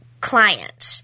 client